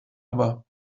aber